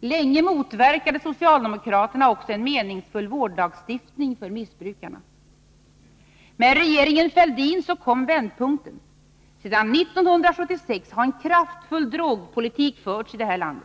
Länge motverkade socialdemokraterna också en meningsfull vårdlagstiftning för missbrukarna. Med regeringen Fälldin kom vändpunkten. Sedan 1976 har en kraftfull drogpolitik förts i detta land.